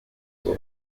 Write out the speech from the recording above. uko